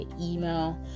email